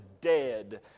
dead